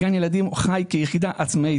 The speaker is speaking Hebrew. גן ילדים חי כיחידה עצמאית.